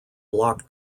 block